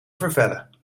vervellen